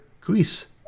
Greece